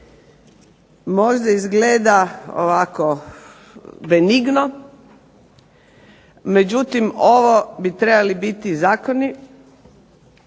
Možda izgleda ovako benigno, međutim ovo bi trebali biti zakoni